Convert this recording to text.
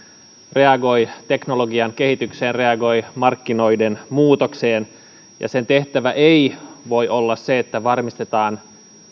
reagoi teknologian kehitykseen ja reagoi markkinoiden muutokseen ja sen tehtävä ei voi olla se että varmistetaan